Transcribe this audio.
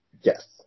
Yes